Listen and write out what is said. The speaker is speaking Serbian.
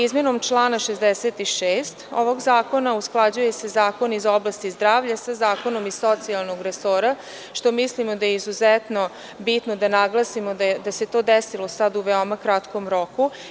Izmenom člana 66. ovog zakona usklađuje se zakon iz oblasti zdravlja sa zakonom iz socijalnog resora, što mislimo da je izuzetno bitno da naglasimo da se to desilo sada u veoma kratkom roku.